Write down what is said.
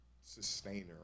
sustainer